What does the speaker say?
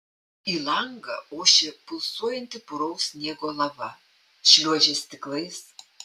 į langą ošė pulsuojanti puraus sniego lava šliuožė stiklais